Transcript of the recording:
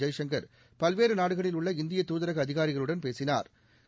ஜெய்சங்கா் பல்வேறு நாடுகளில் உள்ள இந்திய தூதரக அதிகாரிகளுடன் பேசினாா்